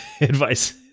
advice